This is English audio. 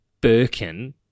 Birkin